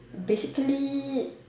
basically